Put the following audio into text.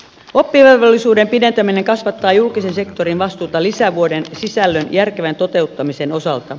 oppivelvollisuuden pidentäminen kasvattaa julkisen sektorin vastuuta lisävuoden sisällön järkevän toteuttamisen osalta